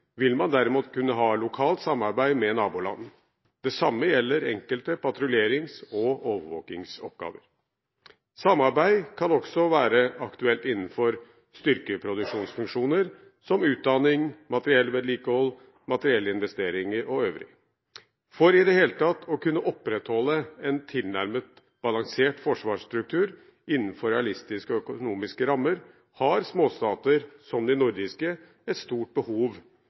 vil man derimot kunne ha lokalt samarbeid med naboland. Det samme gjelder enkelte patruljerings- og overvåkingsoppgaver. Samarbeid kan også være aktuelt innenfor styrkeproduksjonsfunksjoner som utdanning, materiellvedlikehold, materiellinvesteringer og øving. For i det hele tatt å kunne opprettholde en tilnærmet balansert forsvarsstruktur innenfor realistiske og økonomiske rammer har småstater som de nordiske et stort behov